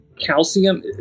calcium